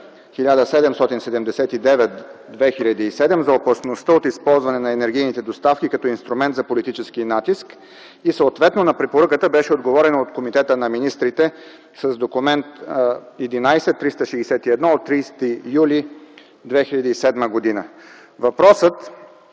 1779/2007 за опасността от използване на енергийните доставки като инструмент за политически натиск и съответно на препоръката беше отговорено от Комитета на министрите с документ № 11361 от 30 юли 2007 г. Въпросът